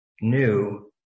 new